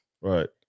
Right